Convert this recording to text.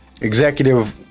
executive